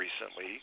recently